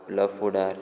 आपलो फुडार